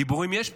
דיבורים יש פה,